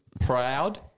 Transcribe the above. proud